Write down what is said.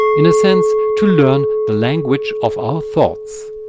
in a sense to learn the language of our thoughts.